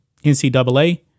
NCAA